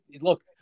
look